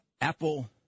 Apple